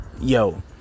yo